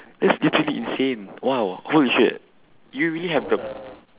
that's literally insane !wow! holy shit do you really have the